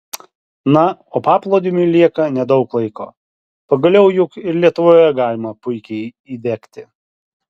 na o paplūdimiui lieka nedaug laiko pagaliau juk ir lietuvoje galima puikiai įdegti